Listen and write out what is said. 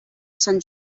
sant